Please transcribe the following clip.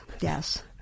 Yes